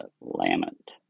lament